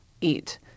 eat